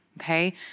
okay